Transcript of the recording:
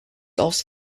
also